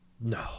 No